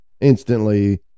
instantly